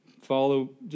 follow